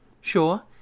Sure